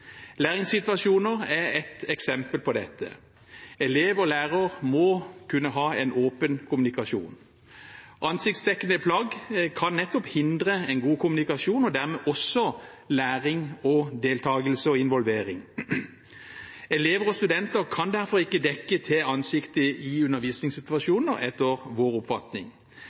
Læringssituasjoner er ett eksempel på dette. Elev og lærer må kunne ha en åpen kommunikasjon. Ansiktsdekkende plagg kan hindre en god kommunikasjon og dermed også læring, deltagelse og involvering. Elever og studenter kan derfor ikke dekke til ansiktet i undervisningssituasjoner, etter vår oppfatning.